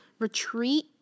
Retreat